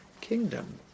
kingdom